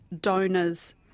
donors